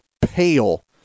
pale